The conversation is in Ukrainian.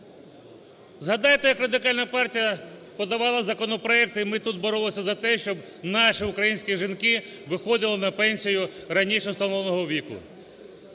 Згадайте, як Радикальна партія подавала законопроекти і ми тут боролися за те, щоб наші українські жінки виходили на пенсію раніше встановленого віку.